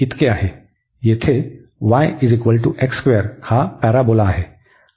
येथे y हा parabola आहे